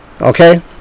Okay